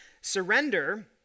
Surrender